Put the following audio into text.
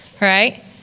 right